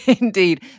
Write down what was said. indeed